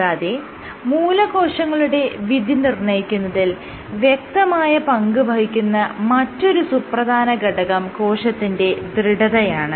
കൂടാതെ മൂലകോശങ്ങളുടെ വിധി നിർണ്ണയിക്കുന്നതിൽ വ്യക്തമായ പങ്ക് വഹിക്കുന്ന മറ്റൊരു സുപ്രധാന ഘടകം കോശത്തിന്റെ ദൃഢതയാണ്